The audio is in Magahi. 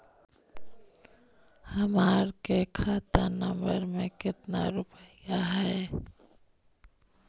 हमार के खाता नंबर में कते रूपैया है?